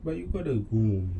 but you got the go